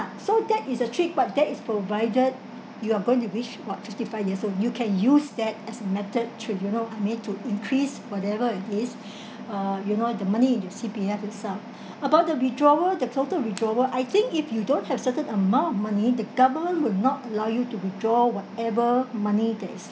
so that is a trick but that is provided you are going to reach about fifty five years old you can use that as a method tribunal I mean to increase whatever it is uh you know the money into C_P_F itself about the withdrawal the total withdrawal I think if you don't have certain amount of money the government would not allow you to withdraw whatever money there is